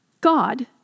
God